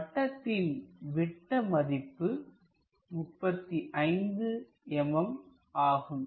வட்டத்தின் விட்ட அளவு 35 mm ஆகும்